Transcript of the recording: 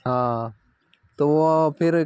हाँ तो वों फिर